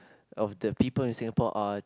of the people in Singapore are